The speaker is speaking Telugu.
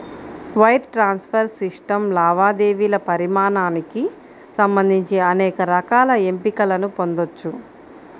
వైర్ ట్రాన్స్ఫర్ సిస్టమ్ లావాదేవీల పరిమాణానికి సంబంధించి అనేక రకాల ఎంపికలను పొందొచ్చు